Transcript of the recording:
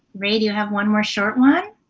ray, do you have one more short one?